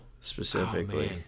specifically